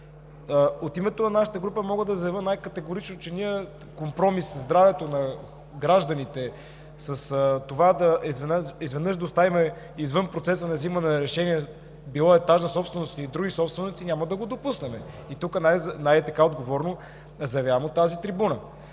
От името на нашата група мога да заявя най-категорично, че ние компромис със здравето на гражданите, с това изведнъж да останем извън процеса на вземане на решения, било етажна собственост или други собственици, няма да го допуснем – най-отговорно заявявам от трибуната.